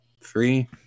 Three